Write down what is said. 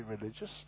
religious